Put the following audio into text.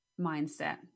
mindset